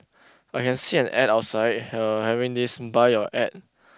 I can see an ad outside uh having this buy your ad